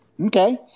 okay